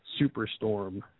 Superstorm